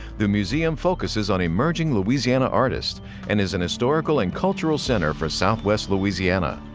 the museum focuses on emerging louisiana artists and is an historical and cultural center for southwest louisiana.